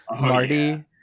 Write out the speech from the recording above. Marty